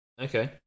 Okay